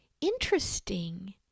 interesting